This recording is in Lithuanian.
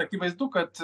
akivaizdu kad